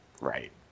Right